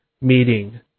meeting